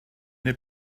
neu